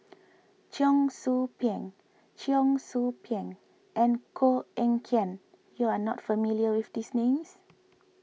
Cheong Soo Pieng Cheong Soo Pieng and Koh Eng Kian you are not familiar with these names